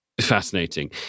fascinating